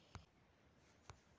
Online से का फ़ायदा हे?